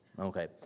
Okay